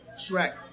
Shrek